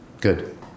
Good